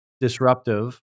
disruptive